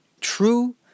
true